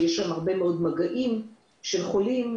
אזורים שיש בהם הרבה מאוד מגעים של חולים,